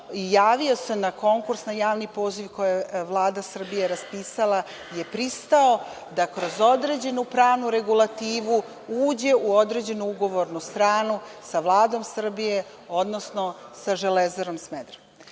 javio se na konkurs, na javni poziv koji je Vlada Srbije raspisala i pristao da kroz određenu pravnu regulativu uđe u određenu ugovornu stranu sa Vladom Srbije, odnosno sa „Železarom